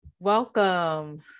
Welcome